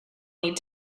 need